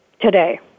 Today